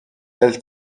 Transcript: elle